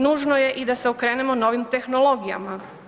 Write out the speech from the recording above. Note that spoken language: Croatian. Nužno je da se i okrenemo novim tehnologijama.